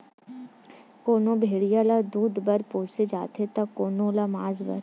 कोनो भेड़िया ल दूद बर पोसे जाथे त कोनो ल मांस बर